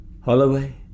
Holloway